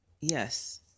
yes